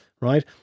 right